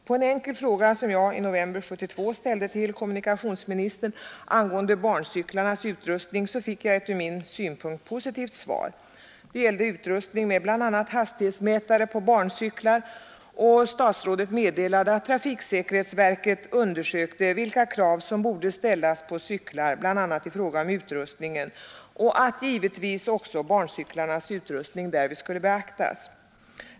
På en enkel fråga, som jag i november 1972 ställde till kommunikationsministern angående barncyklarnas utrustning, fick jag ett från min synpunkt positivt svar. Det gällde utrustning med bl.a. hastighetsmätare på barncyklar. Statsrådet meddelade att trafiksäkerhetsverket undersökte vilka krav som borde ställas på cyklar bl.a. i fråga om utrustningen och att barncyklarnas utrustning därvid givetvis skulle beaktas.